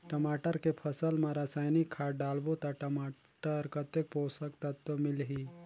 टमाटर के फसल मा रसायनिक खाद डालबो ता टमाटर कतेक पोषक तत्व मिलही?